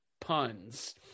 puns